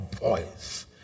voice